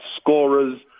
scorers